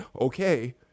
okay